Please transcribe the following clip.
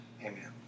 amen